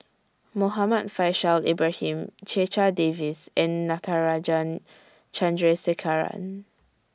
Muhammad Faishal Ibrahim Checha Davies and Natarajan Chandrasekaran